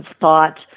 thought